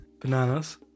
bananas